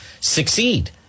succeed